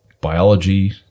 biology